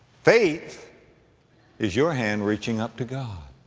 faith is your hand reaching up to god.